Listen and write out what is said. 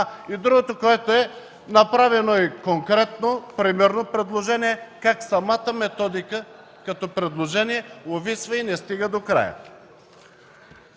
Друго, което е: направено е конкретно, примерно, предложение как самата методика – като предложение, увисва и не стига до края.